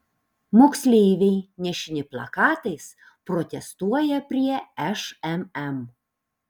moksleiviai nešini plakatais protestuoja prie šmm